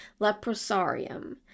leprosarium